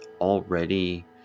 already